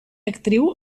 actriu